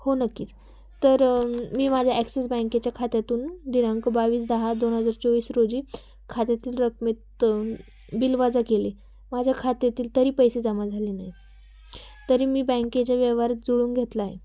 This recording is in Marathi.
हो नक्कीच तर मी माझ्या ॲक्सिस बँकेच्या खात्यातून दिनांक बावीस दहा दोन हजार चोवीस रोजी खात्यातील रकमेत बिल वजा केली माझ्या खात्यातील तरी पैसे जमा झाले नाही तरी मी बँकेच्या व्यवहार जुळून घेतला आहे